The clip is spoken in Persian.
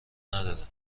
نداره